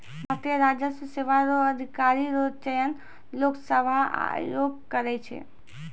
भारतीय राजस्व सेवा रो अधिकारी रो चयन लोक सेवा आयोग करै छै